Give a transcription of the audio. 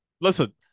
listen